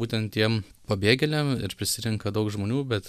būtent tiem pabėgėliam ir prisirenka daug žmonių bet